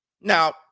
Now